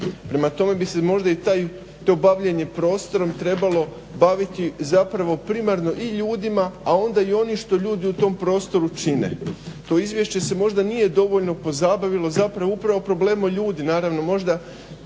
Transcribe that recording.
Prema tome bi se možda to bavljenje prostorom trebalo baviti zapravo primarno i ljudima a onda i oni što ljudi u tom prostoru čine. To izvješće se možda nije dovoljno pozabavilo, zapravo je upravo problem ljudi, naravno možda